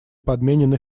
подменены